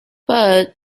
but